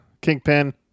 Kingpin